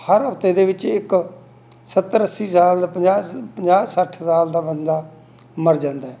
ਹਰ ਹਫ਼ਤੇ ਦੇ ਵਿੱਚ ਇੱਕ ਸੱਤਰ ਅੱਸੀ ਸਾਲ ਪੰਜਾਹ ਪੰਜਾਹ ਸੱਠ ਸਾਲ ਦਾ ਬੰਦਾ ਮਰ ਜਾਂਦਾ